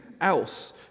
else